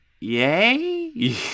yay